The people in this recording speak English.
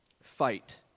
Fight